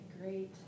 great